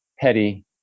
petty